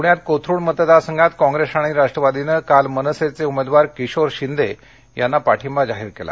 पण्यात कोथरुड मतदारसंघात काँग्रेस आणि राष्ट्रवादीनं काल मनसेचे उमेदवार किशोर शिंदे यांना पाठिंबा जाहीर केला